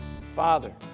Father